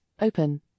open